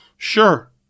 sure